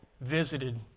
visited